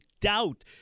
doubt